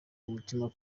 umutima